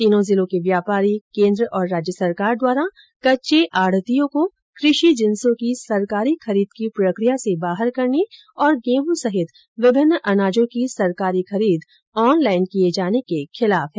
तीनों जिलों के व्यापारी केन्द्र और राज्य सरकार द्वारा कच्चे आढ़तियों को कृषि जिन्सों की सरकारी खरीद की प्रक्रिया से बाहर करने और गेहूं सहित विभिन्न अनाजों की सरकारी खरीद ऑनलाइन किये जाने के खिलाफ हैं